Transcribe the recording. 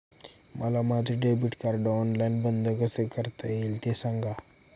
मला माझे debit card online बंद कसे करता येईल, ते सांगा